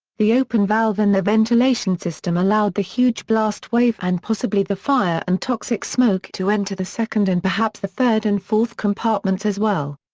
the open valve in the ventilation system allowed the huge blast wave and possibly the fire and toxic smoke to enter the second and perhaps the third and fourth compartments as well.